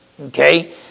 Okay